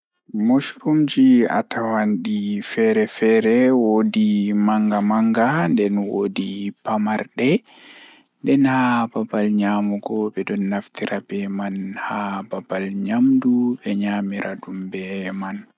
Wakkati mi wiyata mi heɓi sa'a masin kannjum woni Ko ɓeɓe woni ngam miɗo njogii warta, ɗum ɓurɗo laabi yimɓe, ngam jeydi taƴre kala so tawii mi yahi woni kadi ngal. Kadi, ko waɗi keɓeere ngal heɓaade waawugol sabu miɓe njogii yimɓe tawii mi waawataa heddii goɗɗum laawol goɗɗum.